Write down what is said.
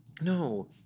No